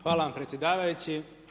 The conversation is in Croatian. Hvala vam predsjedavajući.